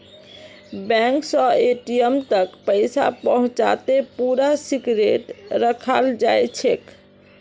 bank स ATM तक पैसा पहुंचाते पूरा सिक्रेट रखाल जाछेक